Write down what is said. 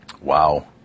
Wow